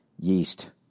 Yeast